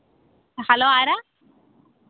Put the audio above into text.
hello ആരാണ്